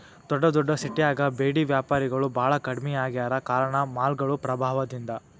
ದೊಡ್ಡದೊಡ್ಡ ಸಿಟ್ಯಾಗ ಬೇಡಿ ವ್ಯಾಪಾರಿಗಳು ಬಾಳ ಕಡ್ಮಿ ಆಗ್ಯಾರ ಕಾರಣ ಮಾಲ್ಗಳು ಪ್ರಭಾವದಿಂದ